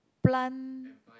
plant